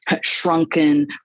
shrunken